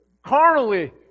carnally